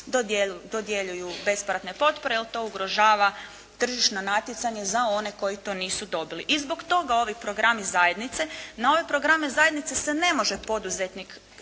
dodjeljuju bespovratne potpore jer to ugrožava tržišno natjecanje za one koji to nisu dobili. I zbog toga ovi programi zajednice, na ove programe